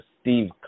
Steve